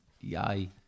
Yay